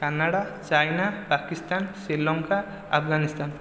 Canada China Pakistan Sri Lanka Afghanistan